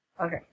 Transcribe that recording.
Okay